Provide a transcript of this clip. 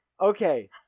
Okay